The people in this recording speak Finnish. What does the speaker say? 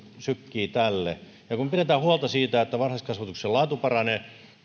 sykkii tälle ja kun pidetään huolta siitä että varhaiskasvatuksen laatu paranee